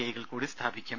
ഐകൾ കൂടി സ്ഥാപിക്കും